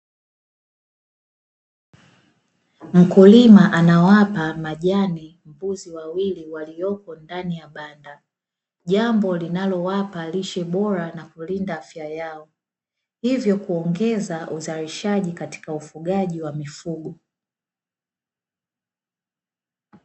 Mkulima anawapa majani mbuzi wawili waliopo ndani ya banda, jambo linalowapa lishe bora na kulinda afya yao hivyo kuongeza uzalishaji katika ufugaji wa mifugo.